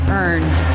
earned